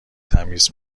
تمیز